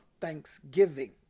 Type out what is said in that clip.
thanksgiving